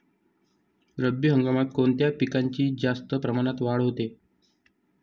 रब्बी हंगामात कोणत्या पिकांची जास्त प्रमाणात वाढ होते?